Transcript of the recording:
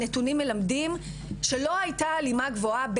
הנתונים מלמדים שלא הייתה הלימה גבוהה,